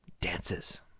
dances